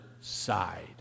side